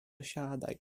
siadaj